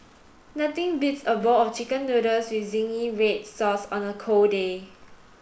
nothing beats a bowl of chicken noodles with zingy red sauce on a cold day